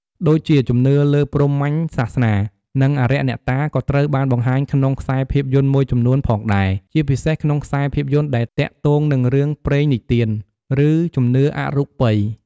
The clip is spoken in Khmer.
ដូចជាជំនឿលើព្រហ្មញ្ញសាសនា និងអារក្សអ្នកតាក៏ត្រូវបានបង្ហាញក្នុងខ្សែភាពយន្តមួយចំនួនផងដែរ ជាពិសេសក្នុងខ្សែភាពយន្តដែលទាក់ទងនឹងរឿងព្រេងនិទាន ឬជំនឿអរូបិយ។